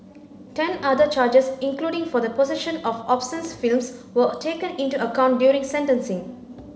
ten other charges including for the possession of obscene films were taken into account during sentencing